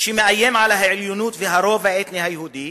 שמאיימת על העליונות והרוב האתני היהודי,